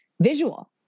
visual